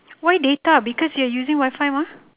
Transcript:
why data because you're using wi-fi mah